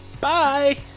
Bye